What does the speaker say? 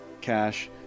cash